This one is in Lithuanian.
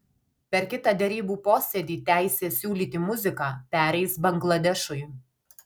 per kitą derybų posėdį teisė siūlyti muziką pereis bangladešui